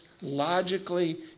logically